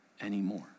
anymore